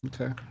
Okay